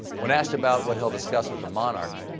when asked about what he'll discuss with the monarch,